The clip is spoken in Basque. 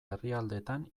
herrialdetan